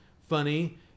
funny